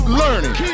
learning